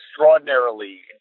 extraordinarily